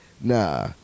Nah